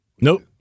Nope